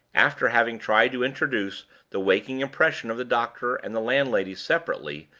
after having tried to introduce the waking impression of the doctor and the landlady separately,